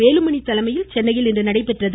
வேலுமணி தலைமையில் சென்னையில் இன்று நடைபெற்றது